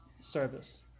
service